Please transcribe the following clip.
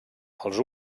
els